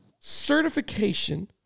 certification